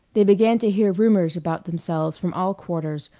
they began to hear rumors about themselves from all quarters,